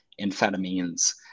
amphetamines